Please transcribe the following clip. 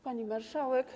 Pani Marszałek!